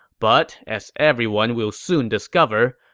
but as everyone will soon discover,